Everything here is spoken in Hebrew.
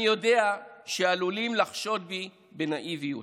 אני יודע שעלולים לחשוד בי בנאיביות